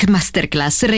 Masterclass